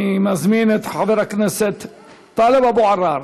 אני מזמין את חבר הכנסת טלב אבו עראר.